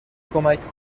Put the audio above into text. کمک